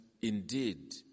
indeed